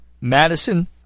Madison